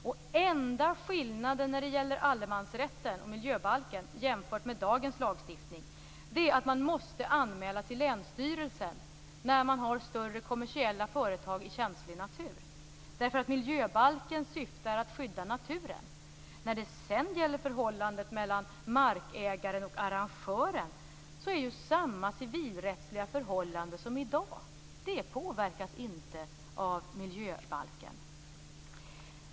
Den enda skillnaden jämfört med dagens lagstiftning när det gäller allemansrätten och miljöbalken är att man måste anmäla till länsstyrelsen när man har större kommersiella företag i känslig natur. Miljöbalken syftar till att skydda naturen. När det sedan gäller förhållandet mellan markägaren och arrangören är det samma civilrättsliga förhållande som i dag. Det påverkas inte av miljöbalken.